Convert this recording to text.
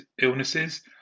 illnesses